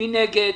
מי נגד?